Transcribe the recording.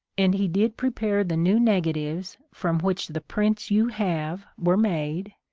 and he did prepare the new nega tives from which the prints you have were made,